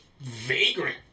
vagrant